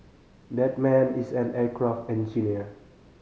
that man is an aircraft engineer